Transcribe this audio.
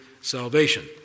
salvation